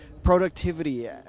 Productivity